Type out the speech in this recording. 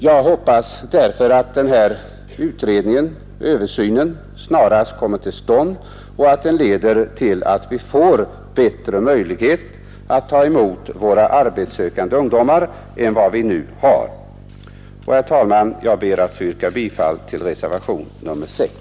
Jag hoppas därför att översynen snarast kommer till stånd och att den leder till att vi får bättre möjlighet att ta emot våra arbetssökande ungdomar än vad vi nu har. Jag ber, herr talman, att få yrka bifall till reservationen 6.